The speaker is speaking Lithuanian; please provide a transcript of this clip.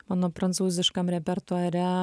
mano prancūziškam repertuare